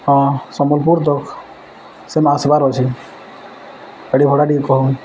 ହଁ ସମ୍ବଲପୁର ତକ୍ ସେନ୍ ଆସବାର୍ ଅଛି ଭଡ଼ା ଟିକେ କହୁନ